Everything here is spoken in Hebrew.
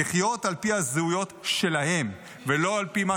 לחיות על פי הזהויות שלהם ולא על פי מה